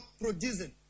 producing